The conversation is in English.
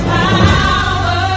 power